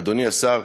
אדוני השר,